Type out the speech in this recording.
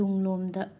ꯇꯨꯡꯂꯣꯝꯗ